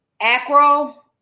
acro